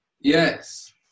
Yes